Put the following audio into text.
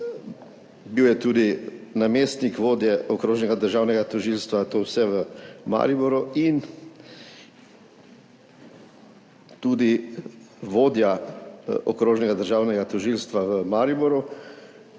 Bil je tudi namestnik vodje okrožnega državnega tožilstva, to je vse v Mariboru, in tudi vodja Okrožnega državnega tožilstva v Mariboru